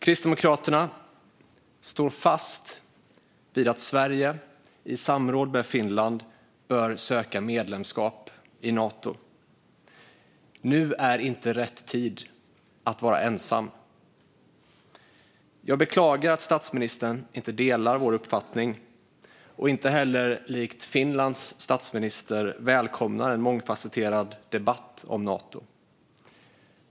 Kristdemokraterna står fast vid att Sverige i samråd med Finland bör söka medlemskap i Nato. Nu är inte rätt tid att vara ensam. Jag beklagar att statsministern inte delar vår uppfattning och även att hon inte, likt Finlands statsminister, välkomnar en mångfasetterad debatt om Nato.